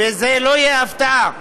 וזה לא יהיה הפתעה,